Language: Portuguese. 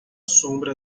sombra